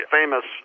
famous